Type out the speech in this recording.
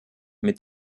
mit